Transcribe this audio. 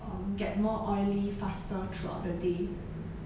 um get more oily faster throughout the day